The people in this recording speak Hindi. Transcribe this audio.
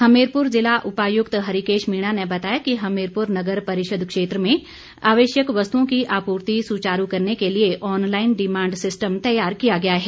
हमीरपुर ज़िला उपायुक्त हरिकेश मीणा ने बताया कि हमीरपुर नगर परिषद क्षेत्र में आवश्यक वस्तुओं की आपूर्ति सुचारू करने के लिए ऑनलाइन डिमांड सिस्टम तैयार किया गया है